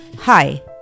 Hi